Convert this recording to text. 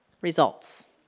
results